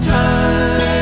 time